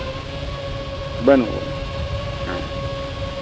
ᱵᱟᱹᱱᱩᱜᱼᱟ ᱦᱮᱸ